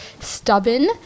stubborn